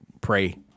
pray